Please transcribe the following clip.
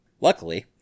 luckily